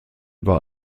bei